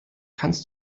kannst